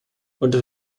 unter